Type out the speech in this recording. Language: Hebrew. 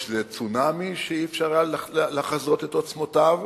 כשהיה צונאמי שאי-אפשר היה לחזות את עוצמותיו,